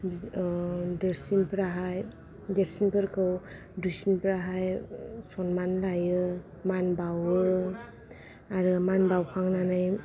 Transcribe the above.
देरसिन फोराहाय देरसिन फोरखौ दुइसिनफ्रा हायो सनमान लायो मान बावो आरो मान बावखांनानै